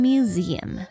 Museum